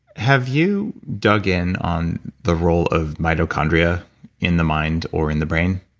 have you dug in on the role of mitochondria in the mind or in the brain?